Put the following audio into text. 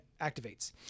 activates